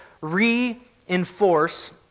reinforce